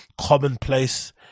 commonplace